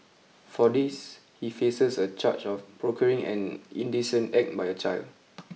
for this he faces a charge of procuring an indecent act by a child